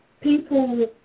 people